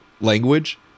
language